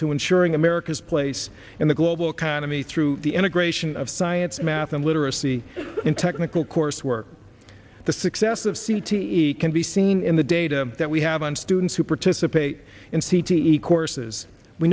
to ensuring america's place in the global economy through the integration of science math and literacy in technical coursework the success of c t e can be seen in the data that we have and students who participate in c t e courses we